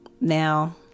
Now